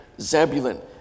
Zebulun